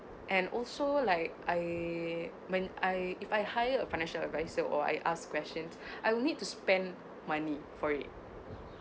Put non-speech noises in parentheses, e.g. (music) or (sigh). and also like I when I if I hire a financial advisor or I ask question (breath) I will need to spend money for it